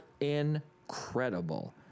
incredible